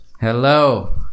Hello